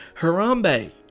harambe